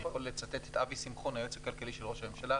אני יכול לצטט את אבי שמחון היועץ הכלכלי לראש הממשלה